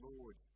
Lord